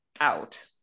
out